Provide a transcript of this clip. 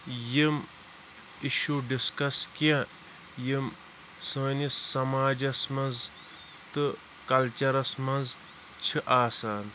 یِم issue discuss کینٛہہ یِم سٲنِس سماجَس منٛز تہٕ کَلچَرَس منٛز چھِ آسان